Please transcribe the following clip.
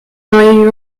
neue